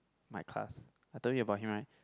my class I told you about him right